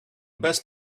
best